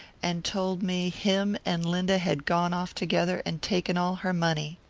and told me him and linda had gone off together and taken all her money.